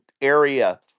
area